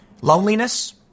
Loneliness